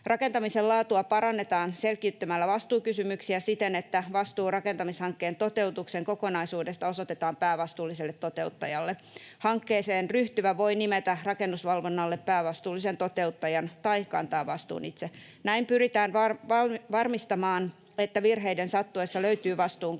Rakentamisen laatua parannetaan selkiyttämällä vastuukysymyksiä siten, että vastuu rakentamishankkeen toteutuksen kokonaisuudesta osoitetaan päävastuulliselle toteuttajalle. Hankkeeseen ryhtyvä voi nimetä rakennusvalvonnalle päävastuullisen toteuttajan tai kantaa vastuun itse. Näin pyritään varmistamaan, että virheiden sattuessa löytyy vastuunkantaja.